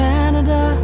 Canada